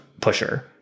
pusher